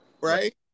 right